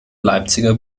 leipziger